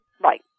Right